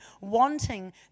wanting